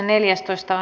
asia